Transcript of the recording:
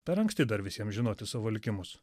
per anksti dar visiem žinoti savo likimus